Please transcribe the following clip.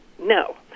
No